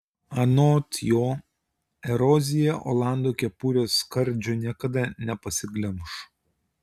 anot jo erozija olando kepurės skardžio niekada nepasiglemš